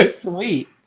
sweet